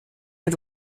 нет